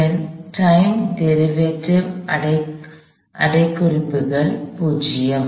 இதன் time derivative அடைப்புக்குறிக்குள் 0